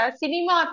cinema